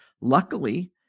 Luckily